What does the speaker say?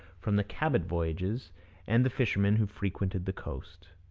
from the cabot voyages and the fishermen who frequented the coast.